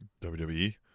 WWE